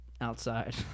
outside